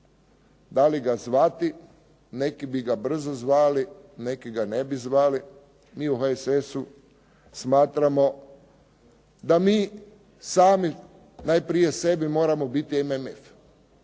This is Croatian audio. da li ga zvati. Neki bi ga brzo zvali, neki ga ne bi zvali. Mi u HSS-u smatramo da mi sami najprije sebi moramo biti MMF.